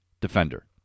defender